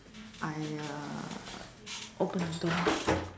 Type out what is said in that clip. I uh open the door